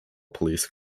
police